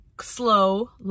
slow